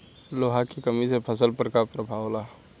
लोहा के कमी से फसल पर का प्रभाव होला?